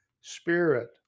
spirit